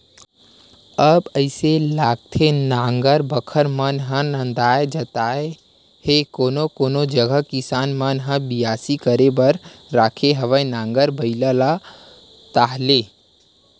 अब अइसे लागथे नांगर बखर मन ह नंदात जात हे कोनो कोनो जगा किसान मन ह बियासी करे बर राखे हवय नांगर बइला ला ताहले